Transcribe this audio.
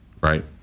Right